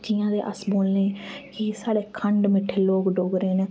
जियां अस बोलने कि साढ़े अस डोगरे खंड मिट्ठे लोग डोगरे न